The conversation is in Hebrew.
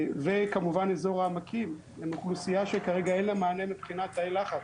וכמובן אזור העמקים זו אוכלוסייה שכרגע אין לה מענה מבחינת תאי לחץ.